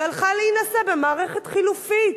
והלכה להינשא במערכת חלופית.